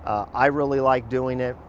i really like doing it,